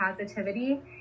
positivity